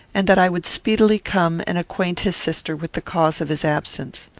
and that i would speedily come and acquaint his sister with the cause of his absence.